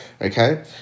Okay